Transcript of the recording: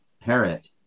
parrot